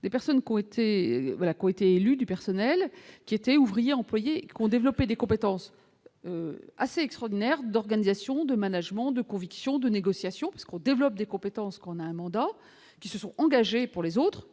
été voilà quoi, été élu du personnel qui était ouvrier, employé, ont développé des compétences assez extraordinaire d'organisation de management de conviction de négociations parce qu'on développe des compétences qu'on a un mandat qui se sont engagés pour les autres